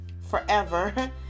forever